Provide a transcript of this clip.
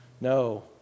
No